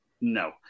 No